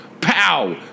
Pow